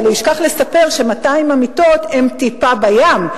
אבל הוא ישכח לספר ש-200 המיטות הן טיפה בים,